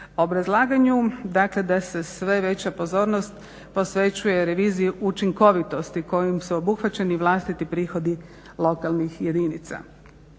obrazlaganju dakle da se sve veća pozornost posvećuje reviziji učinkovitosti kojom su obuhvaćani vlastiti prihodi lokalnih jedinica.